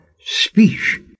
speech